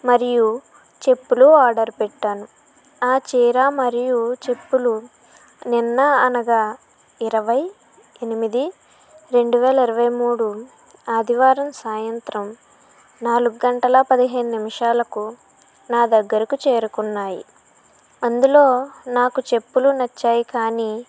మరియు చెప్పులు ఆర్డర్ పెట్టాను ఆ చీర మరియు చెప్పులు నిన్న అనగా ఇరవై ఎనిమిది రెండు వేల ఇరవై మూడు ఆదివారం సాయంత్రం నాలుగు గంటల పదిహేను నిమిషాలకు నా దగ్గరకు చేరుకున్నాయి అందులో నాకు చెప్పులు నచ్చాయి కానీ